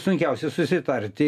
sunkiausia susitarti